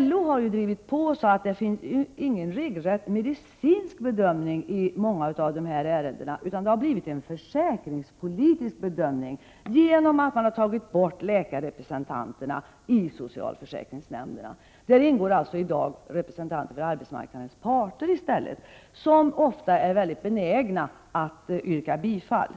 LO har ju drivit på så att det inte finns någon regelrätt medicinsk bedömning i många av de här ärendena. Det har i stället blivit en försäkringspolitisk bedömning, eftersom man har tagit bort läkarrepresentanterna i socialförsäkringsnämnderna. I dessa nämnder ingår i dag således representanter för arbetsmarknadens parter. De är ofta mycket benägna att yrka bifall.